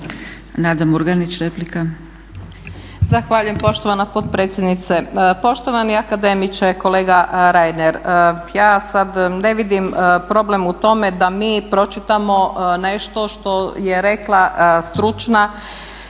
**Murganić, Nada (HDZ)** Zahvaljujem gospođo potpredsjednice. Poštovani akademiče, kolega Reiner ja sad ne vidim problem u tome da mi pročitamo nešto što je rekla stručna